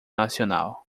nacional